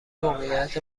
موقعیت